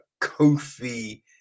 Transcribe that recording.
Kofi